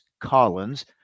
Collins